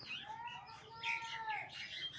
Room or बिजली के bill एक हि दिन भुगतान कर सके है?